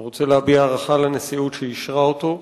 אני רוצה להביע הערכה לנשיאות שאישרה אותו.